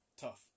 tough